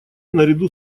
наряду